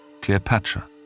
Cleopatra